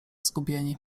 zgubieni